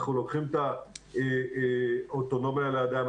אנחנו לוקחים את האוטונומיה לידיים.